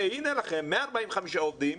והנה לכם 145 עובדים